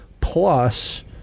plus